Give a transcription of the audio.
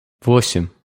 восемь